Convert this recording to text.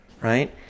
Right